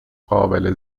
قابل